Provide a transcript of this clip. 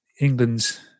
England's